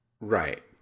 right